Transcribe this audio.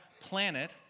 planet